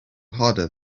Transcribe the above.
harder